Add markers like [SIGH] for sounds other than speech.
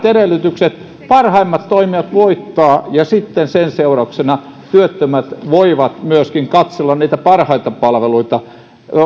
[UNINTELLIGIBLE] edellytykset niin siinä parhaimmat toimijat voittavat ja sitten sen seurauksena työttömät voivat myöskin katsella niitä parhaita palveluita olemmeko